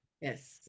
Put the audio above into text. yes